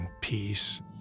peace